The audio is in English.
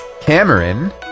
Cameron